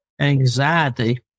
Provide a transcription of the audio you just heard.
anxiety